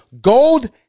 gold